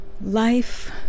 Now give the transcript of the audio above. Life